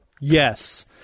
Yes